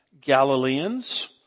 Galileans